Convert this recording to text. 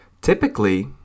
Typically